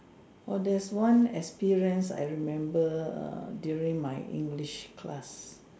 !wah! there's one experience I remember err during my English class